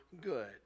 good